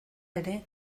ere